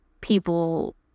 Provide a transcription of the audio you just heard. people